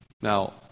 Now